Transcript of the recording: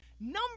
number